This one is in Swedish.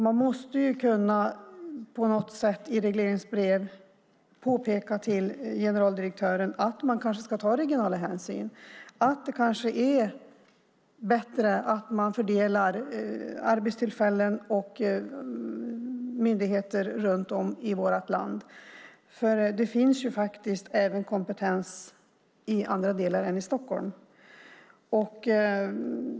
Man måste på något sätt, till exempel i regleringsbrev, påpeka för generaldirektören att det kanske ska tas regionala hänsyn. Det är kanske bättre att man fördelar arbetstillfällen och myndigheter runt om i vårt land. Det finns faktiskt även kompetens i andra delar än i Stockholm.